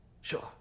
Sure